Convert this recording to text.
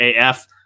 AF